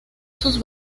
sus